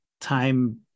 time